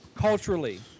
culturally